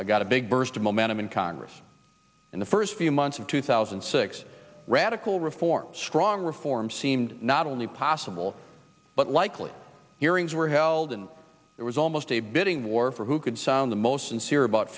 i got a big burst of momentum in congress in the first few months of two thousand and six radical reform strong reform seemed not only possible but likely hearings were held and it was almost a bidding war for who could sound the most sincere about